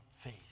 faith